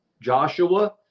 Joshua